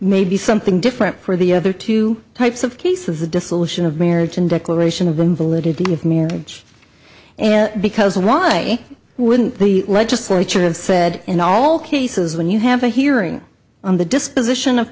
may be something different for the other two types of cases the dissolution of marriage and declaration of invalidity of marriage and because why wouldn't the legislature have said in all cases when you have a hearing on the disposition of